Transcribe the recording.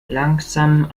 langsam